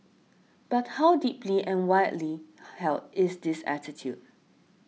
but how deeply and widely held is this attitude